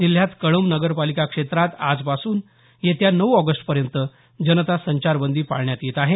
जिल्ह्यात कळंब नगरपालिका क्षेत्रात आजपासून येत्या नऊ ऑगस्ट पर्यंत जनता संचारबंदी पाळण्यात येत आहे